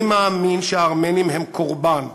אני מאמין שהארמנים הם קורבן,